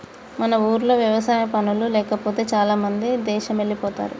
మన ఊర్లో వ్యవసాయ పనులు లేకపోతే చాలామంది దేశమెల్లిపోతారు